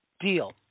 deal